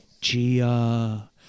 Gia